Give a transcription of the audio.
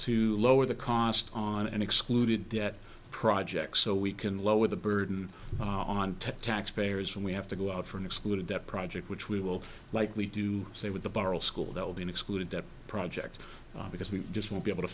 to lower the cost on an excluded debt project so we can lower the burden on taxpayers when we have to go out for an excluded debt project which we will likely do say with the barrel school that will be excluded that project because we just won't be able to